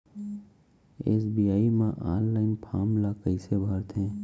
SBI म online form ल कइसे भरथे?